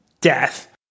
death